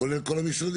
כולל כל המשרדים?